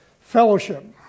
fellowship